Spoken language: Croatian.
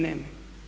Nema.